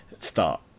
start